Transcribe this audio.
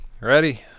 ready